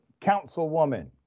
Councilwoman